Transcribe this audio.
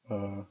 uh